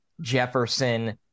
Jefferson